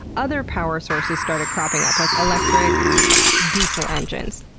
other power sources started cropping up, like electric diesel engines.